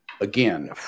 Again